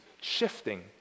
shifting